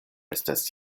estas